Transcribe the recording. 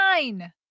nine